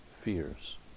fears